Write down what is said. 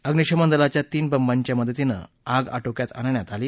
अभ्निशमन दलाच्या तीन बंबांच्या मदतीनं आग आटोक्यात आणण्यात आली